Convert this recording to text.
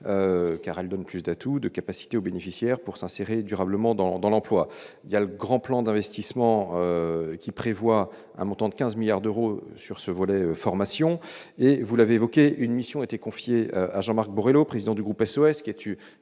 car elle donne plus d'atouts de capacité aux bénéficiaires pour s'insérer durablement dans dans l'emploi, il y a le grand plan d'investissement qui prévoit un montant de 15 milliards d'euros sur ce volet formation et vous l'avez évoqué une mission est confiée à Jean-Marc brûle au président du groupe SOS